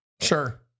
Sure